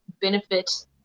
benefit